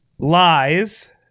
Lies